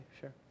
sure